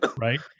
right